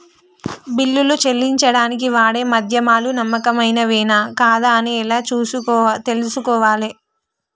బిల్లులు చెల్లించడానికి వాడే మాధ్యమాలు నమ్మకమైనవేనా కాదా అని ఎలా తెలుసుకోవాలే?